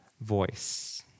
voice